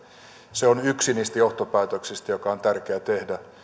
se on yksi niistä johtopäätöksistä jotka on tärkeää tehdä